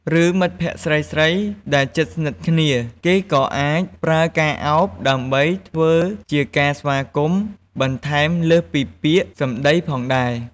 ឬ មិត្តភក្ដិស្រីៗដែលជិតស្និទ្ធគ្នា គេក៏អាចប្រើការឱប ដើម្បីធ្វើជាការស្វាគមន៍ បន្ថែមលើសពីពាក្យសម្ដីផងដែរ។